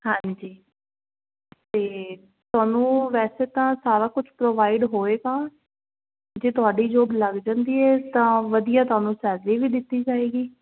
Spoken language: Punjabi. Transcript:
ਹਾਂਜੀ ਅਤੇ ਤੁਹਾਨੂੰ ਵੈਸੇ ਤਾਂ ਸਾਰਾ ਕੁਝ ਪ੍ਰੋਵਾਈਡ ਹੋਏਗਾ ਜੇ ਤੁਹਾਡੀ ਜੋਬ ਲੱਗ ਜਾਂਦੀ ਹੈ ਤਾਂ ਵਧੀਆ ਤੁਹਾਨੂੰ ਸੈਲਰੀ ਵੀ ਦਿੱਤੀ ਜਾਏਗੀ